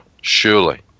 Surely